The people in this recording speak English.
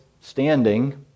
standing